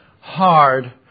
hard